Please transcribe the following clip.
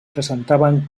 presentaven